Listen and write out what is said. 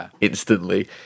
instantly